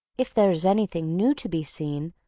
if there is anything new to be seen,